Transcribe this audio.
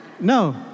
No